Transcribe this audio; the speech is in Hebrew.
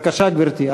בבקשה, גברתי.